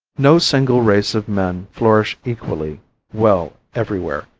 no single race of men flourish equally well everywhere,